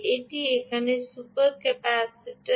এটি এখানে super capacitor